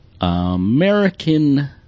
American